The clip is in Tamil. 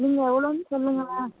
நீங்க எவ்வளோன்னு சொல்லுங்களேன்